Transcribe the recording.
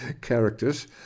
characters